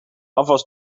afwas